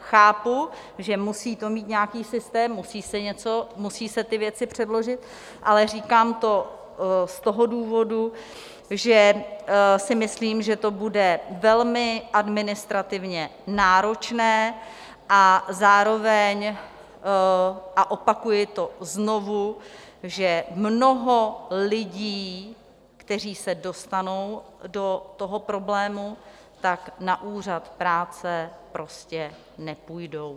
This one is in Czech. Chápu, že musí být nějaký systém, musí se ty věci předložit, ale říkám to z toho důvodu, že si myslím, že to bude velmi administrativně náročné, a zároveň a opakuji to znovu, že mnoho lidí, kteří se dostanou do toho problému, tak na úřad práce prostě nepůjdou.